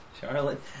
Charlotte